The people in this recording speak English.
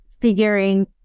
figuring